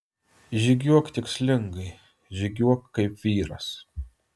žygiuok tikslingai žygiuok kaip vyras